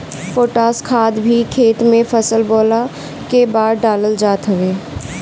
potash खाद भी खेत में फसल बोअला के बाद डालल जात हवे